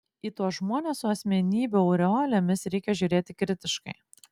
į tuos žmones su asmenybių aureolėmis reikia žiūrėti kritiškai